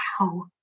wow